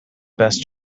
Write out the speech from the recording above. best